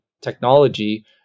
technology